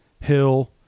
Hill